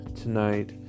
tonight